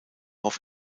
auf